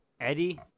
Eddie